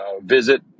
visit